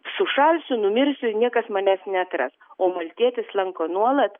sušalsiu numirsiu ir niekas manęs neatras o maltietis lanko nuolat